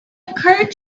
occurred